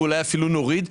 ואולי אפילו נוריד,